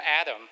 Adam